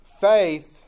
Faith